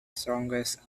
strongest